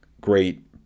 great